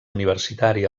universitari